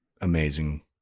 amazing